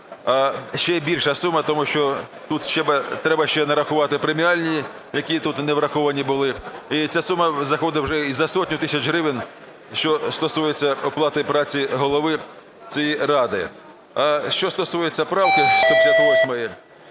ще більша сума, тому що тут ще треба нарахувати преміальні, які тут не враховані були, і ця сума заходить вже і за сотню тисяч гривень, що стосується оплати праці голови цієї ради. А що стосується правки 158,